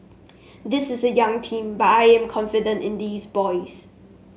this is a young team but I am confident in these boys